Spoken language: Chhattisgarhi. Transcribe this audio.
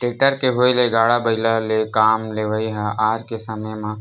टेक्टर के होय ले गाड़ा बइला ले काम लेवई ह आज के समे म